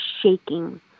shaking